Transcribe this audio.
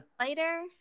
Later